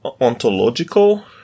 ontological